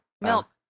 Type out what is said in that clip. Milk